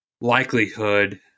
likelihood